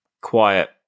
quiet